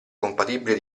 compatibile